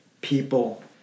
people